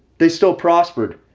they still prospered.